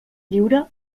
lliure